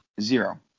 Zero